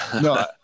no